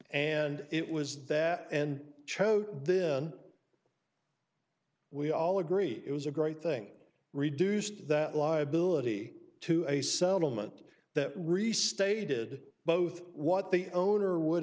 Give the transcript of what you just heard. and it was that and chose then we all agreed it was a great thing reduced that liability to a settlement that restated both what the owner would